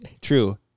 True